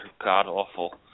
god-awful